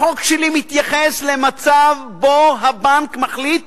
החוק שלי מתייחס למצב שבו הבנק מחליט